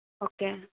okay